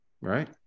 right